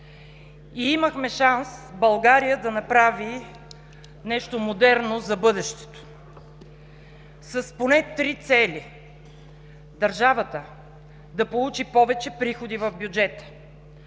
Имахме шанс България да направи нещо модерно за бъдещето с поне три цели – държавата да получи повече приходи в бюджета,